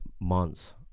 months